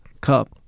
cup